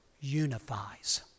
unifies